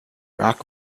rock